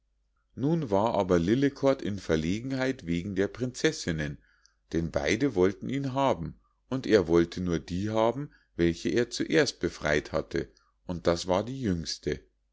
nun war aber lillekort in verlegenheit wegen der prinzessinnen denn beide wollten ihn haben und er wollte nur die haben welche er zuerst befrei't hatte und das war die jüngste